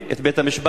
בנוסף,